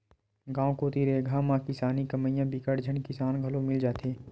गाँव कोती रेगहा म किसानी कमइया बिकट झन किसान घलो मिल जाथे